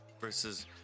Versus